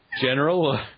general